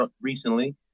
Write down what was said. recently